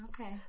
Okay